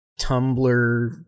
Tumblr